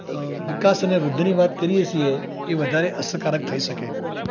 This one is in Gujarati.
વિકાસ અને વૃદ્ધિની વાત કરીએ છીએ એ વધારે અસરકારક થઈ શકે